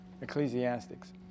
Ecclesiastics